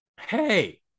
hey